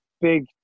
big